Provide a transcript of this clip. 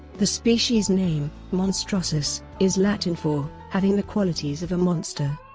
the species name monstrosus is latin for having the qualities of a monster.